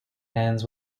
ends